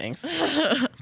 Thanks